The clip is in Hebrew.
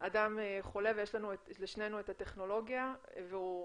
אדם חולה ויש לשנינו את הטכנולוגיה והוא